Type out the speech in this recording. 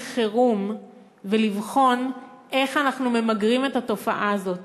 חירום ולבחון איך אנחנו ממגרים את התופעה הזאת,